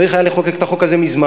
צריך היה לחוקק את החוק הזה מזמן.